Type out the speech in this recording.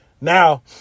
Now